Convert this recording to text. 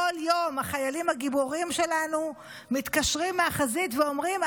כל יום החיילים הגיבורים שלנו מתקשרים מהחזית ואומרים,